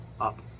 Up